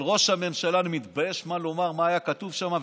על ראש הממשלה אני מתבייש לומר מה היה כתוב שם,